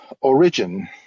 origin